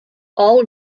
all